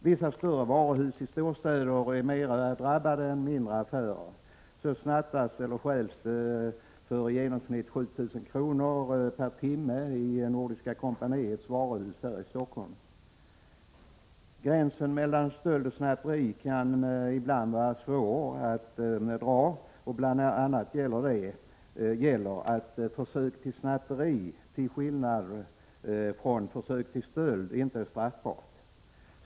Vissa större varuhus i storstäderna är mera drabbade än mindre affärer. Det snattas eller stjäls för i genomsnitt 7 000 kr. per timme i Nordiska kompaniets varuhus i Stockholm. Gränsen mellan stöld och snatteri kan ibland vara svår att dra. Bl. a. gäller att försök till snatteri, till skillnad från försök till stöld, inte är straffbart.